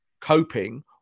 coping